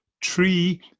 Tree